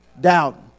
doubt